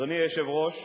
אדוני היושב-ראש,